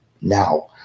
now